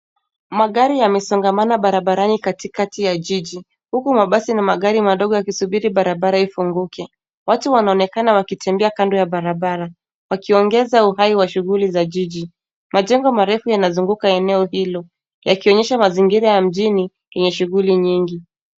Magari yamesongamana barabarani katikati ya jiji huku mabasi na magari madogo yakisubiri barabara ifunguke watu wanaonekana wakitembea kando ya barabara, wakiongeza uhai wa shughuli za jiji majengo marefu yanazunguka eneo hilo yakionyesha mazingira ya mjini yenye shughuli nyingi.